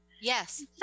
Yes